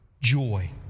joy